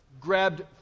Grabbed